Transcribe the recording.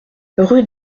rue